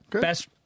Best